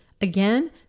Again